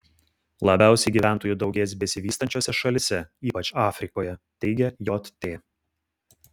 labiausiai gyventojų daugės besivystančiose šalyse ypač afrikoje teigia jt